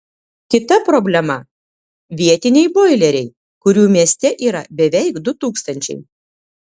kita problema vietiniai boileriai kurių mieste yra beveik du tūkstančiai